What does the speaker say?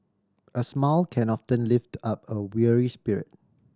a smile can often lift up a weary spirit